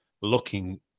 looking